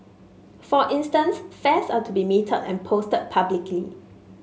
for instance fares are to be metered and posted publicly